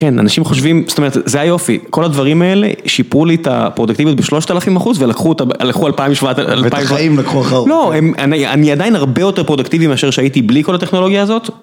אנשים חושבים, זאת אומרת, זה היופי, כל הדברים האלה שיפרו לי את הפרודוקטיביות ב-3,000% ולקחו את ה... ולקחו 2,700... ואת החיים לקחו אחר. לא, אני עדיין הרבה יותר פרודוקטיבי מאשר שהייתי בלי כל הטכנולוגיה הזאת.